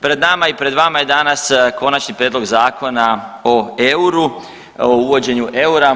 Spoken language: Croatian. Pred nama i pred vama je danas Konačni prijedlog zakona o euru, o uvođenju eura.